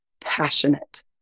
passionate